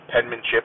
penmanship